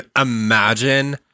imagine